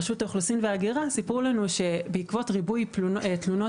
רשות האוכלוסין וההגירה סיפרה לנו שבעקבות ריבוי תלונות